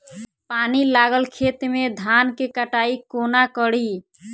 पानि लागल खेत मे धान केँ कटाई कोना कड़ी?